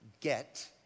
get